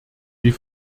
die